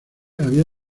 había